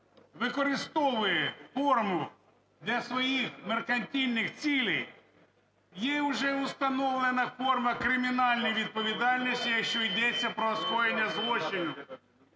використовує форму для своїх меркантильних цілей, є вже установлена форма кримінальної відповідальності, якщо йдеться про скоєння злочину.